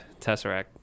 Tesseract